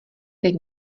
teď